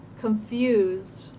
confused